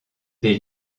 des